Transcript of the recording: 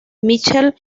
michelle